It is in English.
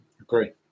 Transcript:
Agree